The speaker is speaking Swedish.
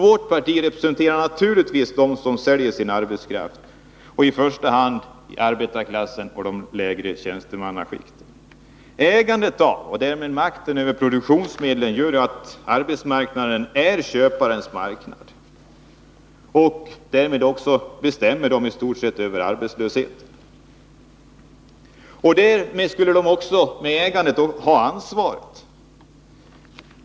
Vårt parti representerar naturligtvis dem som säljer sin arbetskraft, i första hand arbetarklassen och de lägre tjänstemannaskikten. Ägandet av och därmed makten över produktionsmedlen gör att arbetsmarknaden är köparnas marknad, och därmed är det också köparna som i stort sett bestämmer över arbetslösheten. Vid sidan av ägandet skulle de också ha ansvaret.